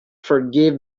forgive